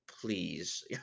please